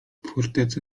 fortecę